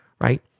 right